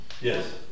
Yes